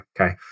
Okay